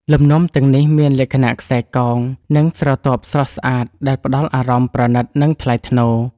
លំនាំទាំងនេះមានលក្ខណៈខ្សែកោង និងស្រទាប់ស្រស់ស្អាត ដែលផ្តល់អារម្មណ៍ប្រណីត និងថ្លៃថ្នូរ